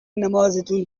نمازتون